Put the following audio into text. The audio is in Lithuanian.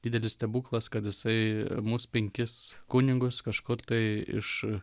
didelis stebuklas kad jisai mus penkis kunigus kažkur tai iš